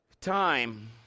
time